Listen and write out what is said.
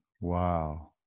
Wow